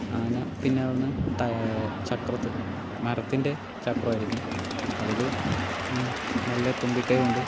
ആന പിന്നെ അവിടെനിന്ന് ചക്രത്തിൽ മരത്തിൻ്റെ ചക്രമായിരിക്കും അതിൽ മെല്ലെ തുമ്പിക്കൈകൊണ്ട്